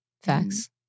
Facts